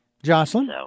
Jocelyn